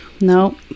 No